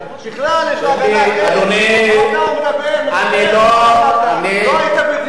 אדוני, אתה לא מגן, לא היה בדיון אחד,